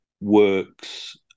works